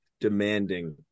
demanding